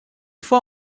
fois